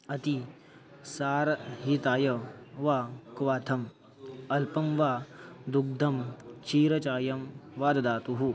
अति सारहिताय वा क्वथनम् अल्पं वा दुग्धं क्षीरचायं वा ददातु